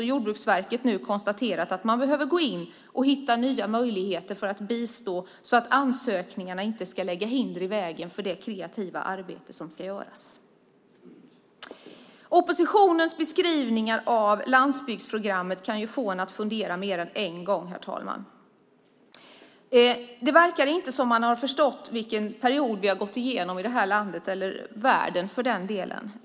Jordbruksverket har konstaterat att man behöver hitta nya möjligheter till att bistå, så att ansökningarna inte ska lägga hinder i vägen för det kreativa arbete som ska göras. Oppositionens beskrivning av landsbygdsprogrammet kan få en att fundera mer än en gång, herr talman. Man verkar inte ha förstått vilken period vi gått igenom i det här landet, och i världen, för den delen.